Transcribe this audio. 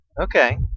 Okay